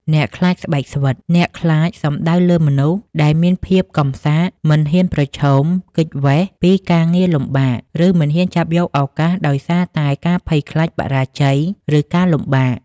អ្នកខ្លាចស្បែកស្វិត អ្នកខ្លាចសំដៅលើមនុស្សដែល មានភាពកំសាក មិនហ៊ានប្រឈម គេចវេស ពីការងារលំបាក ឬមិនហ៊ានចាប់យកឱកាសដោយសារតែការភ័យខ្លាចបរាជ័យ ឬការលំបាក។